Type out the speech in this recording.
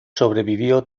sobrevivió